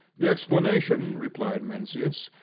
the explanation, replied mencius,